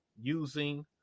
using